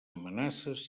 amenaces